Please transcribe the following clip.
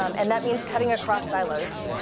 um and that means cutting across silos.